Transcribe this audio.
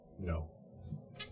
no